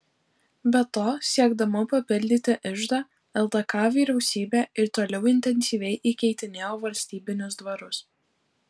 be to siekdama papildyti iždą ldk vyriausybė ir toliau intensyviai įkeitinėjo valstybinius dvarus